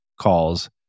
calls